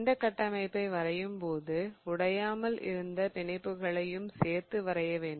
இந்த கட்டமைப்பை வரையும்போது உடையாமல் இருந்த பிணைப்புகளையும் சேர்த்து வரைய வேண்டும்